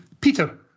Peter